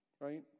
right